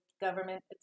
government